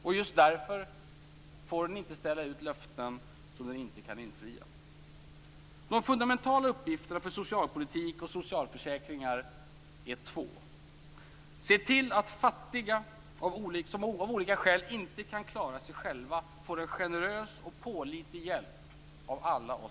Och just därför får den inte ställa ut löften som den inte kan infria. De fundamentala uppgifterna för socialpolitik och socialförsäkringar är två. Den ena är att se till att fattiga som av olika skäl inte kan klara sig själva får en generös och pålitlig hjälp av oss alla andra.